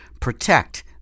protect